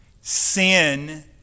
Sin